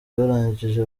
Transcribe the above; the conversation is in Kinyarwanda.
barangije